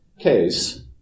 case